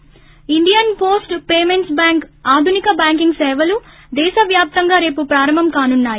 ి Indian post payments bank ఆధునిక సేవలు దేశ వ్యాప్తంగా రేపు ప్రారంభం కానున్నాయి